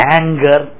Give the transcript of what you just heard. anger